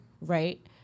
right